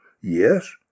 Yes